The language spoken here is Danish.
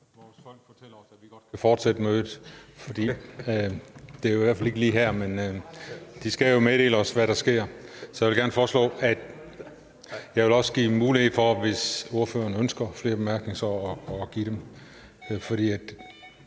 vores folk fortæller os, at vi godt kan fortsætte mødet, for det var i hvert fald ikke lige her. Men de skal jo meddele os, hvad der sker. Jeg vil give ordføreren mulighed for at komme med flere bemærkninger, for det